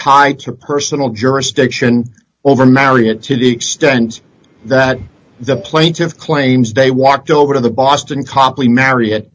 tied to personal jurisdiction over marriott to the extent that the plaintiff's claims they walked over to the boston copley marriott